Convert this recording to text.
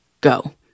go